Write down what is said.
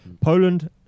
Poland